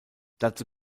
dazu